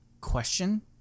question